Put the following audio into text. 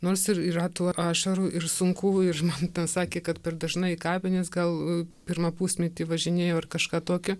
nors ir yra tų ašarų ir sunku ir man pasakė kad per dažnai į kapines gal pirmą pusmetį važinėjau ar kažką tokio